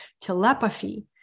telepathy